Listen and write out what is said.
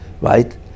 right